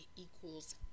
equals